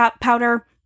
powder